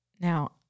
Now